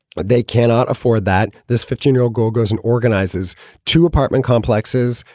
but they cannot afford that. this fifteen year old girl goes and organizes two apartment complexes.